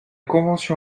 convention